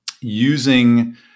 using